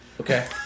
Okay